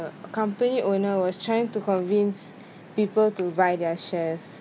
uh company owner was trying to convince people to buy their shares